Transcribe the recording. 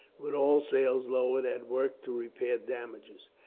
with all sails lowered, at work to repair damages.